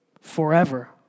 forever